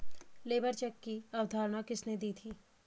Labour check की अवधारणा किसने दी थी?